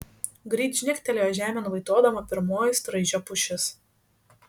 greit žnegtelėjo žemėn vaitodama pirmoji straižio pušis